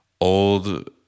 old